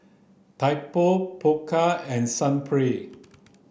Typo Pokka and Sunplay